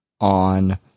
on